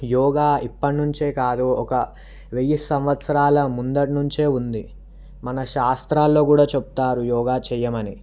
యోగా ఇప్పటి నుంచే కాదు ఒక వెయ్యి సంవత్సరాల ముందటి నుంచే ఉంది మన శాస్త్రాల్లో కూడా చెప్తారు యోగా చేయమని